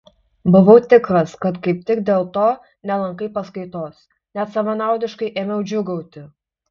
buvau tikras kad kaip tik dėl to nelankai paskaitos net savanaudiškai ėmiau džiūgauti